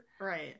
Right